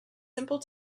simple